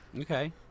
Okay